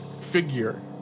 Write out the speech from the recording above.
figure